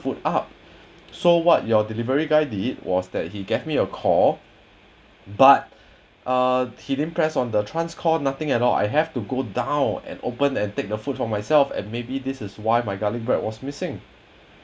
food up so what your delivery guy did was that he gave me a call but uh he didn't press on the trans call nothing at all I have to go down and open and take the food for myself and maybe this is why my garlic bread was missing